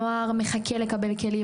הנוער מחכה לקבל כלים.